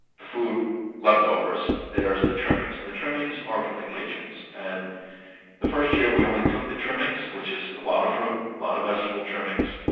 food leftovers, there's the trimmings. and the trimmings are from the kitchens, and the first year we only took the trimmings. which is a lot of fruit, a lot of vegetable trimmings,